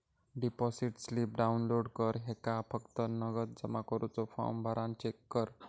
deposit slip download कर ह्येका फक्त नगद जमा करुचो फॉर्म भरान चेक कर